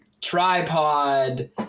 Tripod